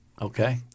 Okay